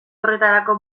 horretarako